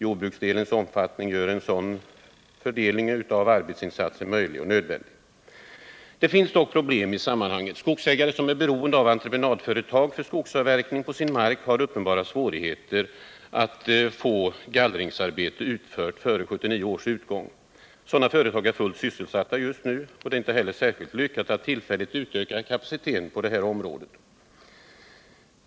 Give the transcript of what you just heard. Jordbruksdelens omfattning gör en sådan fördelning av arbetsinsatserna möjlig och nödvändig. Det finns dock problem i sammanhanget. Skogsägare som är beroende av entreprenadföretag för skogsavverkning på sin mark har uppenbara svårigheter att få gallringsarbete utfört före 1979 års utgång. Sådana företag är fullt sysselsatta just nu. Det är inte heller särskilt lyckat att tillfälligt utöka kapaciteten på detta område.